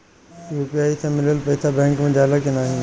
UPI से मिलल पईसा बैंक मे जाला की नाहीं?